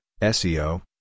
SEO